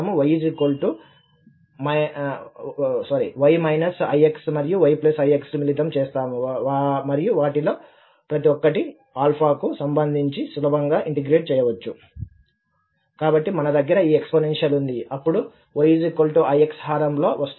మనము y ix మరియు yix లు మిళితం చేస్తాము మరియు వాటిలో ప్రతి ఒక్కటి కు సంబంధించి సులభంగా ఇంటిగ్రేట్ చేయవచ్చు కాబట్టి మన దగ్గర ఈ ఎక్స్పోనెన్షియల్ ఉంది అప్పుడు y ix హారం లో వస్తుంది